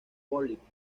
bollywood